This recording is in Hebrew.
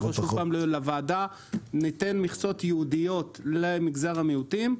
נותנים מכסות ייעודיות למגזר המיעוטים,